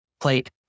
plate